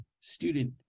student